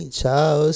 ciao